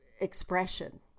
Expression